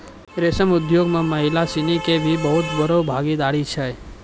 रेशम उद्योग मॅ महिला सिनि के भी बहुत बड़ो भागीदारी छै